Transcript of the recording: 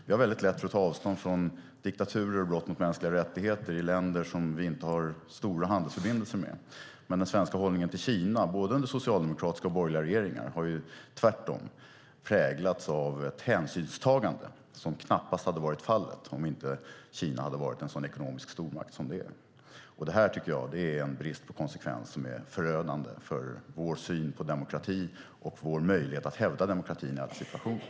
Sverige har lätt att ta avstånd från diktaturer och brott mot mänskliga rättigheter i länder som vi inte har stora handelsförbindelser med. Men den svenska hållningen till Kina har både under socialdemokratiska och borgerliga regeringar tvärtom präglats av ett hänsynstagande som knappast hade varit fallet om inte Kina hade varit en sådan ekonomisk stormakt som det är. Detta tycker jag är en brist på konsekvens som är förödande för vår syn på demokrati och vår möjlighet att hävda demokratin i alla situationer.